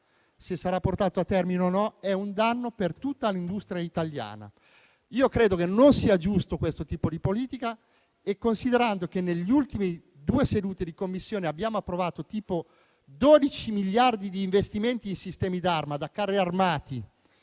se sarà portato a termine o no, è un danno per tutta l'industria italiana. Credo che non sia giusto questo tipo di politica, considerando che nelle ultime due sedute di Commissione abbiamo approvato qualcosa come 12 miliardi di investimenti in sistemi d'arma (carri armati,